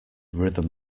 rhythm